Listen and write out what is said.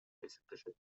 эсептешет